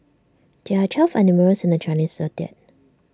there are twelve animals in the Chinese Zodiac